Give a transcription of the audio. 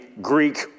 Greek